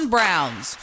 Browns